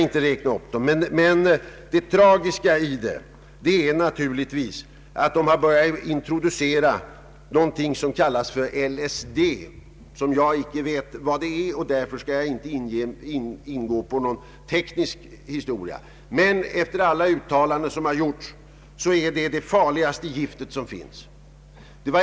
Det mest tragiska är att dessa amerikanska desertörer börjat introducera någonting som kallas LSD — jag vet inte vad det är och skall därför inte ge mig in på någon teknisk beskrivning, men att döma av uttalanden som gjorts är LSD det farligaste gift som finns.